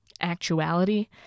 actuality